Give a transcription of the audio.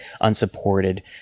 unsupported